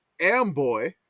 Amboy